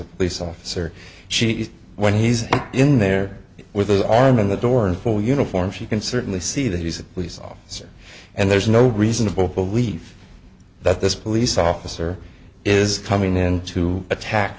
a police officer she when he's in there with his arm in the door in full uniform she can certainly see that he's a police officer and there's no reasonable belief that this police officer is coming in to attack